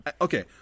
okay